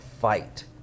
fight